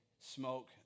smoke